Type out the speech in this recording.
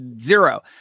Zero